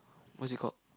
what is it called